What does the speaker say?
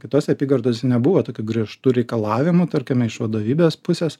kitose apygardose nebuvo tokių griežtų reikalavimų tarkime iš vadovybės pusės